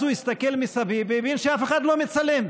הוא הסתכל מסביב והבין שאף אחד לא מצלם.